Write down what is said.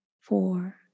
four